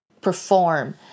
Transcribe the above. perform